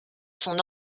son